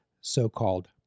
so-called